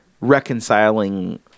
reconciling